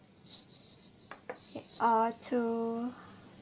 uh to